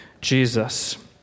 Jesus